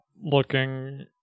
looking